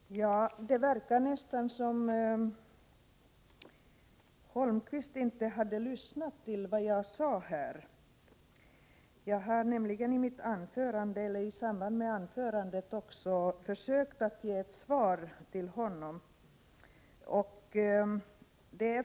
Herr talman! Det verkar nästan som om Erik Holmkvist inte hade lyssnat på vad jag sade. Jag har nämligen i mitt anförande också försökt att ge svar till honom.